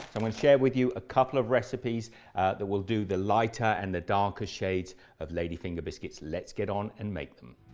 and share with you a couple of recipes that will do the lighter and the darker shades of lady finger biscuits let's get on and make them